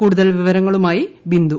കൂടുതൽ വിവരങ്ങളുമായി ബിന്ദു